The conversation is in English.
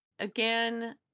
Again